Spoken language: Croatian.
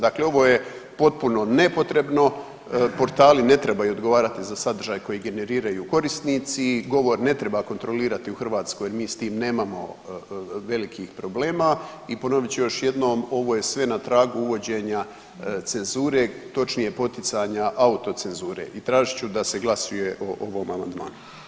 Dakle, ovo je potpuno nepotrebno, portali ne trebaju odgovarati za sadržaj koji generiraju korisnici, govor ne treba kontrolirati u Hrvatskoj mi s tim nemamo velikih problema i ponovit ću još jednom, ovo je sve na tragu uvođenja cenzure, točnije poticanja autocenzure i tražit ću da se glasuje o ovom amandmanu.